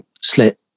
slit